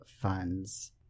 funds